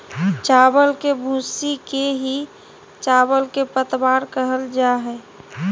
चावल के भूसी के ही चावल के पतवार कहल जा हई